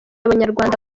abanyarwanda